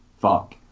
fuck